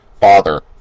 Father